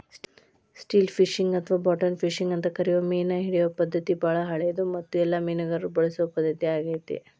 still fishing ಅಥವಾ bottom fishing ಅಂತ ಕರಿಯೋ ಮೇನಹಿಡಿಯೋ ಪದ್ಧತಿ ಬಾಳ ಹಳೆದು ಮತ್ತು ಎಲ್ಲ ಮೇನುಗಾರರು ಬಳಸೊ ಪದ್ಧತಿ ಆಗೇತಿ